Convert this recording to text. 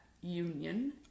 union